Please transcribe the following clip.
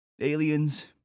aliens